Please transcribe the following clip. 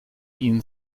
ihn